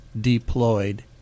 deployed